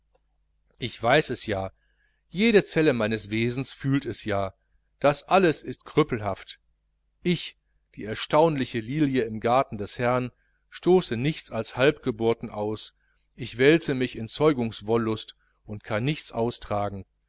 ich weiß es ja jede zelle meines wesens fühlt es ja das alles ist krüppelhaft ich die erstaunliche lilie im garten des herrn stoße nichts als halbgeburten aus ich wälze mich in zeugungswollust und kann nichts austragen